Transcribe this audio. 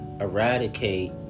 eradicate